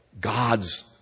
gods